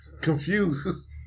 confused